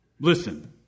Listen